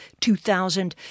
2000